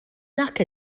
nac